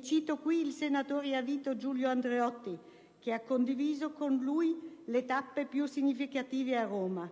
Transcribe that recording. Cito qui il senatore a vita Giulio Andreotti, che ha condiviso con lui le tappe più significative a Roma: